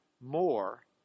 more